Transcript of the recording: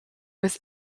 was